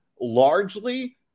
largely